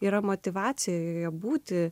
yra motyvacija būti